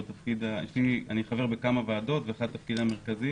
אני חבר בכמה ועדות ואחד התפקידים המרכזיים